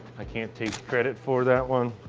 i can't take credit for that one.